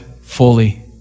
fully